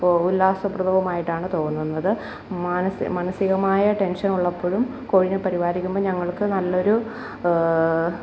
ഉ ഉല്ലാസപ്രദവുമായിട്ടാണ് തോന്നുന്നത് മാനസി മാനസികമായ ടെന്ഷന് ഉള്ളപ്പോഴും കോഴിയെ പരിപാലിക്കുമ്പോള് ഞങ്ങൾക്കു നല്ലൊരു